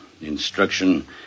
instruction